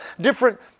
different